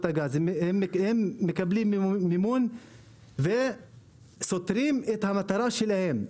הגז הם מקבלים מימון וסותרים את המטרה שלהם,